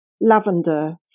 lavender